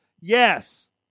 Yes